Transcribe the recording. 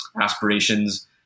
aspirations